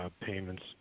payments